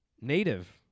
native